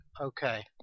Okay